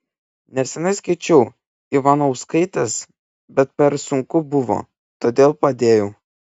neseniai skaičiau ivanauskaitės bet per sunku buvo todėl padėjau